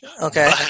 Okay